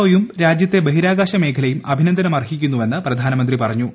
O യും രാജ്യത്തെ ബഹിരാകാശമേഖലയും അഭിനന്ദനം അർഹിക്കുന്നുവെന്ന് പ്രധാനമന്ത്രി പറഞ്ഞു